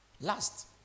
Last